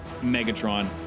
Megatron